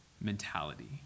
mentality